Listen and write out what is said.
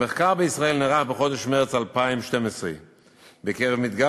המחקר בישראל נערך בחודש מרס 2012 בקרב מדגם